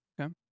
Okay